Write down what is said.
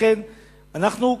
לכן אנו,